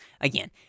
Again